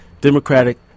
Democratic